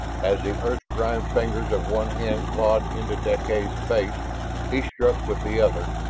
as the earth-grimed fingers of one hand clawed into deklay's face, he struck with the other,